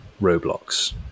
Roblox